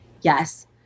Yes